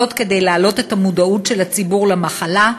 זאת כדי להעלות את המודעות של הציבור למחלה,